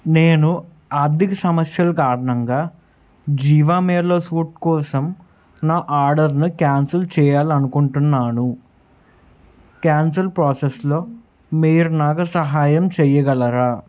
నేను ఆర్థిక సమస్యలు కారణంగా జివామేలో సూట్ కోసం నా ఆడర్ను క్యాన్సల్ చెయ్యాలనుకుంటున్నాను క్యాన్సల్ ప్రాసెస్లో మీరు నాకు సహాయం చెయ్యగలరా